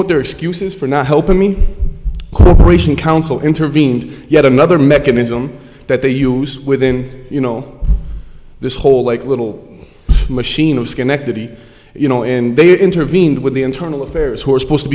what their excuses for not helping me corp council intervened yet another mechanism that they use within you know this whole like little machine of schenectady you know and they intervened with the internal affairs who were supposed to